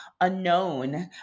unknown